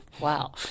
Wow